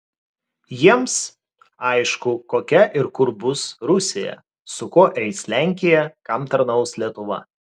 jiems aišku kokia ir kur bus rusija su kuo eis lenkija kam tarnaus lietuva